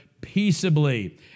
peaceably